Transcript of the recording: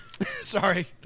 Sorry